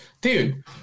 dude